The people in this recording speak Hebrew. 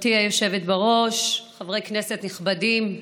גברתי היושבת בראש, חברי כנסת נכבדים,